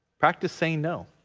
practice saying no